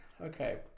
Okay